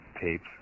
tapes